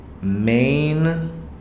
main